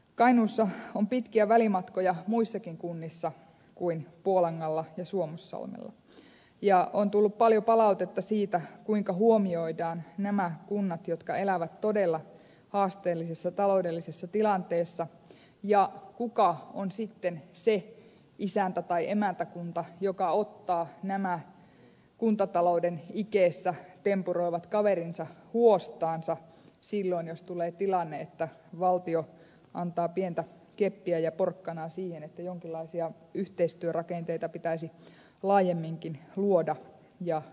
kainuussa on pitkiä välimatkoja muissakin kunnissa kuin puolangalla ja suomussalmella ja on tullut paljon palautetta siitä kuinka huomioidaan nämä kunnat jotka elävät todella haasteellisessa taloudellisessa tilanteessa ja mikä on sitten se isäntä tai emäntäkunta joka ottaa nämä kuntatalouden ikeessä tempuroivat kaverinsa huostaansa silloin jos tulee tilanne että valtio antaa pientä keppiä ja porkkanaa siihen että jonkinlaisia yhteistyörakenteita pitäisi laajemminkin luoda ja kuntia yhdistää